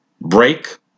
break